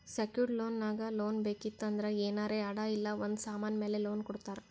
secured loan ನಾಗ್ loan ಬೇಕಿತ್ತು ಅಂದ್ರ ಏನಾರೇ ಅಡಾ ಇಲ್ಲ ಒಂದ್ ಸಮಾನ್ ಮ್ಯಾಲ ಲೋನ್ ಕೊಡ್ತಾರ್